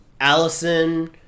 allison